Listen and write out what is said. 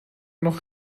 noch